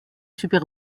super